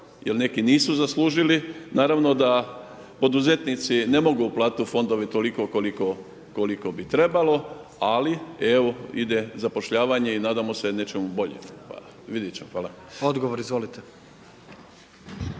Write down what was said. jer neki nisu zaslužili, naravno da poduzetnici ne mogu uplatiti u fondove toliko koliko bi trebalo ali evo ide zapošljavanje i nadamo se nečemu boljem, hvala. Vidjeti